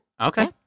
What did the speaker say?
Okay